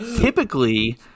typically